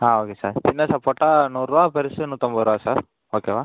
ஆ okay sir சின்ன சப்போட்டா நூறுபா பெருசு நூற்றைம்பது ரூபா சார் ஓகேவா